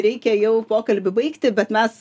reikia jau pokalbį baigti bet mes